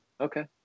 okay